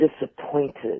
disappointed